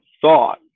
thought